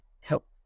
help